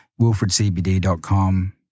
WilfredCBD.com